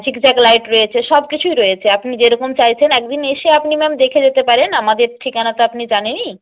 zigzag light রয়েছে সব কিছুই রয়েছে আপনি যেরকম চাইছেন এক দিন এসে আপনি ম্যাম দেখে যেতে পারেন আমাদের ঠিকানা তো আপনি জানেনই